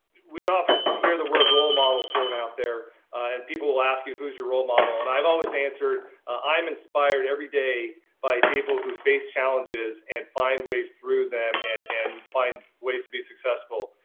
we often hear the word role model thrown out there and people will ask you who's your role model and i've always answered i'm inspired every day by people who face challenges and find ways through them and find ways to be successful.